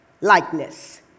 likeness